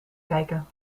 kijken